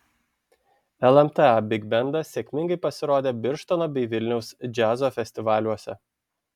lmta bigbendas sėkmingai pasirodė birštono bei vilniaus džiazo festivaliuose